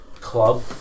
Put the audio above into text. club